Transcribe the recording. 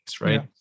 right